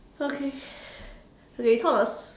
okay okay talk about